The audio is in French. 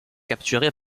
capturé